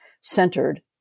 centered